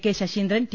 K Saseendran T